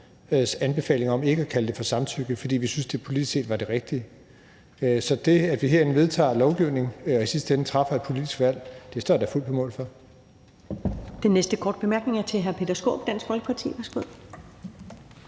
anbefalede, at vi ikke skulle kalde det for samtykke, fordi vi syntes, at det politisk set var det rigtige. Så det, at vi herinde vedtager lovgivning og i sidste ende træffer et politisk valg, står jeg da fuldt ud på mål for.